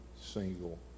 single